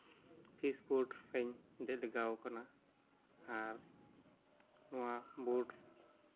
fees ᱵᱳᱰ ᱨᱮᱧ ᱫᱮᱡ ᱞᱮᱜᱟᱣ ᱠᱟᱱᱟ ᱟᱨ ᱱᱚᱣᱟ ᱵᱳᱰ